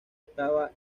estaba